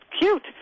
cute